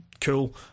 cool